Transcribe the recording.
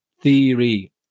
theory